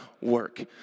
work